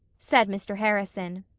said mr. harrison,